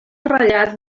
ratllat